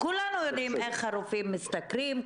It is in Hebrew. כולנו יודעים איך הרופאים משתכרים,